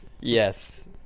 Yes